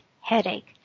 headache